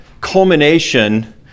culmination